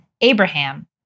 Abraham